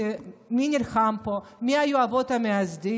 מי נלחם פה, מי היו האבות המייסדים,